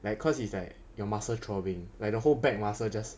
like cause it's like your muscle throbbing like the whole back muscle just